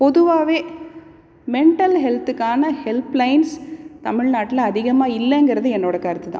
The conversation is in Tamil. பொதுவாகவே மெண்ட்டல் ஹெல்த்துக்கான ஹெல்ப்லைன்ஸ் தமிழ்நாட்டில் அதிகமாக இல்லைங்குறது என்னோட கருத்துதான்